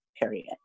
period